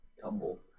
Tumble